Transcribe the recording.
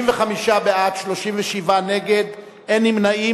55 בעד, 37 נגד, אין נמנעים.